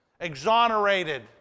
Exonerated